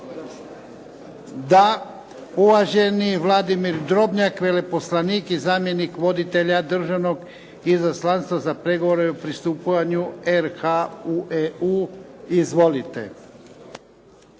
Da. Uvaženi Vladimir Drobnjak, veleposlanik i zamjenik voditelja Državnog izaslanstva za pregovore o pristupanju RH u EU. Izvolite.